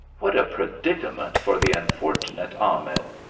what a predicament for the unfortunate ahmed,